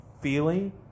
feeling